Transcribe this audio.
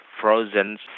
frozen